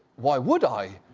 why would i,